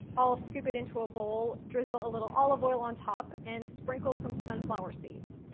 i'll scoop it into a bowl, drizzle a little olive oil on top, and sprinkle some sunflower seeds.